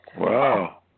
Wow